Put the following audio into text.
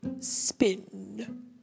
spin